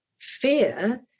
fear